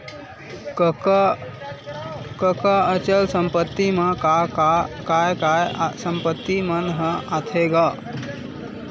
कका अचल संपत्ति मा काय काय संपत्ति मन ह आथे गा?